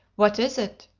what is it?